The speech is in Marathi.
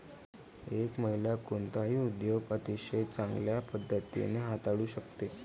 एक महिला कोणताही उद्योग अतिशय चांगल्या पद्धतीने हाताळू शकते